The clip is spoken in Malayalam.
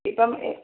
ഇപ്പം എ